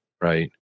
right